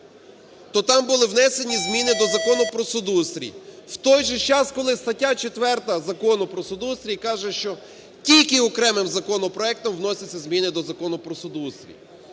то там були внесені зміни до Закону про судоустрій. В той же час, коли стаття 4 Закону про судоустрій каже, що тільки окремим законопроектом вносяться зміни до Закону про судоустрій.